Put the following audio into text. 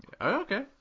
Okay